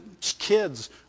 Kids